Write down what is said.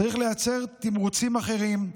צריך לייצר תמריצים אחרים,